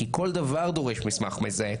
כי כל דבר דורש מסמך מזהה,